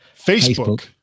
Facebook